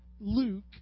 Luke